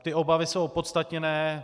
Ty obavy jsou opodstatněné.